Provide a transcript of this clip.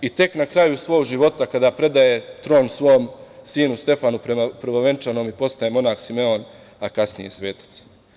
Tek na kraju svog života, kada predaje tron svom sinu Stefanu Prvovenčanom postaje monah Simeon, a kasnije svetac.